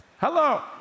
Hello